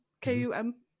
K-U-M